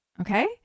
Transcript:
okay